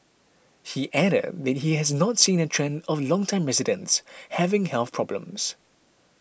he added that he has not seen a trend of longtime residents having health problems